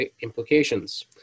implications